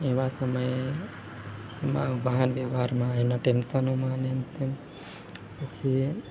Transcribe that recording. એવા સમયે એમાં વાહનવ્યવહારમાં એના ટેન્સમાં સમયમાં અને તેમ પછી